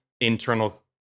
internal